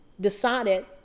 decided